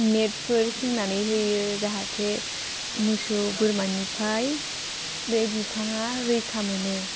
नेटफोर सोंनानै होयो जाहाथे मोसौ बोरमानिफ्राय बे बिफाङा रैखा मोनो